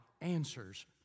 answers